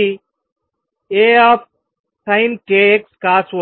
ఇది ASinkxCosωt